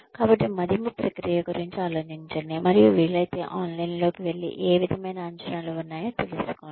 కాబట్టి మదింపు ప్రక్రియ గురించి ఆలోచించండి మరియు వీలైతే ఆన్లైన్లోకి వెళ్లి ఏ విధమైన అంచనాలు ఉన్నాయో తెలుసుకోండి